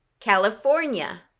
California